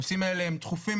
הנושאים האלה הם דחופים,